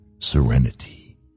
Serenity